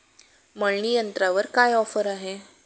मळणी यंत्रावर काय ऑफर आहे?